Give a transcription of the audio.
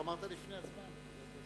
גמרת לפני הזמן.